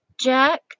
Jack